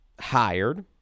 hired